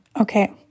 okay